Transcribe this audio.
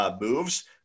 moves